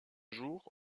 jour